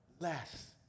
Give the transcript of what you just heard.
less